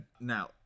Now